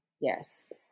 Yes